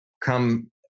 come